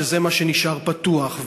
שזה מה שנשאר פתוח.